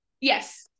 Yes